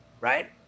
right